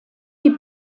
die